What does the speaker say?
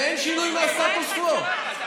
ואין שינוי של הסטטוס קוו.